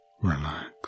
relax